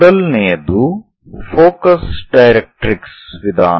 ಮೊದಲನೆಯದು focus directrix ವಿಧಾನ